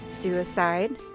suicide